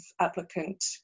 applicant